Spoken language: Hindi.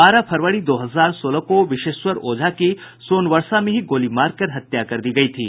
बारह फरवरी दो हजार सोलह को विशेश्वर ओझा की सोनवर्षा में ही गोली मारकर हत्या कर दी गई थी